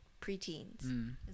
preteens